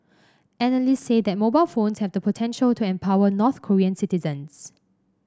analysts say that mobile phones have the potential to empower North Korean citizens